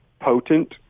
potent –